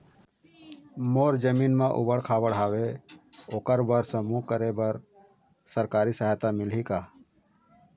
मोर जमीन म ऊबड़ खाबड़ हावे ओकर बर समूह करे बर सरकारी सहायता मिलही का?